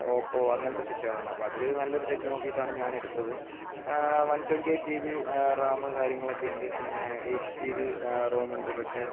Oppo അങ്ങനത്തെ സെറ്റുകളാണ് അപ്പോൾ അതിൽ നല്ലൊരു സെറ്റ് നോക്കിയിട്ടാണ് ഞാനെടുത്തത് one twenty eight G B RAM കാര്യങ്ങളൊക്കെയുണ്ട് പിന്നെ എയിറ്റ് ജി ബി റോം ഉണ്ട് പക്ഷേ